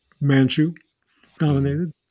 Manchu-dominated